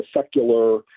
secular